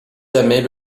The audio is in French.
jamais